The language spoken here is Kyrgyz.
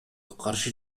каршы